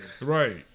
Right